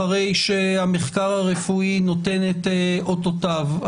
אחרי שהמחקר הרפואי נותן את אותותיו,